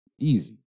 easy